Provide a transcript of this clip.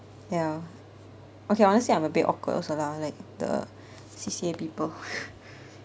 ya okay honestly I'm a bit awkward also lah like the C_C_A people